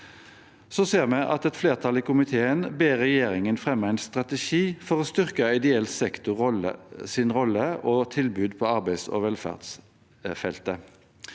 Vi ser at et flertall i komiteen ber regjeringen fremme en strategi for å styrke ideell sektors rolle og tilbud på arbeids- og velferdsfeltet.